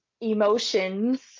emotions